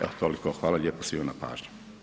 Evo toliko, hvala lijepo svima na pažnji.